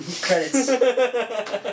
Credits